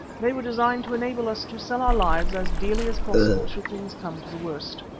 they were designed to enable us to sell our lives as dearly as possible, should things come to the worst.